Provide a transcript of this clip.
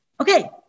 okay